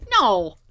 No